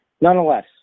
Nonetheless